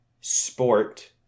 Sport